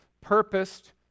purposed